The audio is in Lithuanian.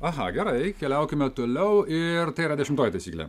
aha gerai keliaukime toliau ir tai yra dešimtoji taisyklė